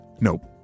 Nope